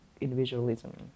individualism